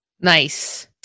Nice